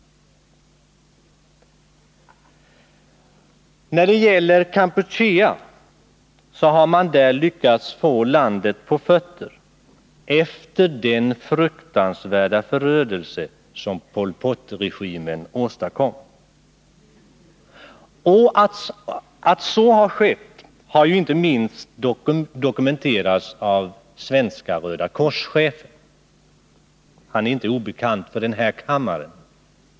När det gäller Kampuchea har man lyckats få det landet på fötter efter den fruktansvärda förödelse som Pol Pot-regimen åstadkom. Att så har skett har dokumenterats inte minst av chefen för det Svenska röda korset — han är inte obekant för kammaren.